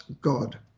God